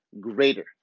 greater